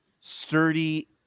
sturdy